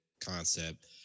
concept